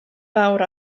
fawr